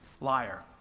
liar